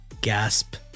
Gasp